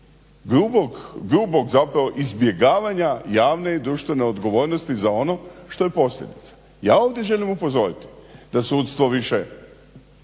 zapravo izbjegavanja javne i društvene odgovornosti za ono što je posljedica. Ja ovdje želim upozoriti da sudstvo više od